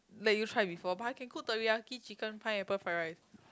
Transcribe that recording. let you try before but I can cook teriyaki chicken pineapple fried rice